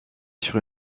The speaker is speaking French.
sur